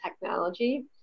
technology